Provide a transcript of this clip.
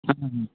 हां हां